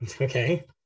Okay